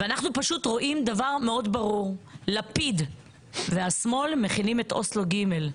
אנו רואים דבר מאוד ברור לפיד והשמאל מכינים את אוסלו ג'.